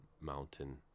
mountain